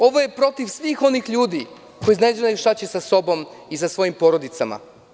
Ovo je protiv svih onih ljudi koji ne znaju šta će sa sobom i sa svojim porodicama.